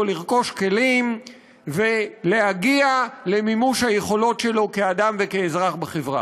לרכוש כלים ולהגיע למימוש היכולות שלו כאדם וכאזרח בחברה.